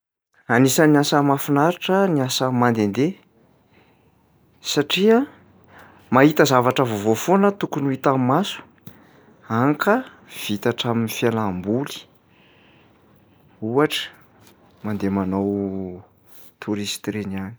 Anisan'ny asa mahafinaritra ny asa mandehandeha satria mahita zavatra vaovao foana tokony ho hitan'ny maso hany ka vita hatrimin'ny fialamboly, ohatra mandeha manao touriste ireny ihany.